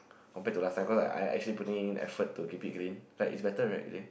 compared to last time because I I actually putting in effort to keep it clean like it's better right you see